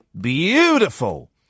Beautiful